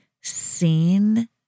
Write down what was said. seen